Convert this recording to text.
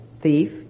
thief